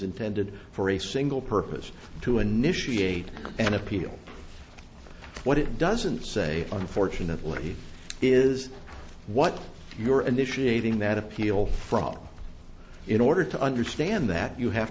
intended for a single purpose to initiate an appeal what it doesn't say unfortunately is what you are initiating that appeal for all in order to understand that you have